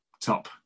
top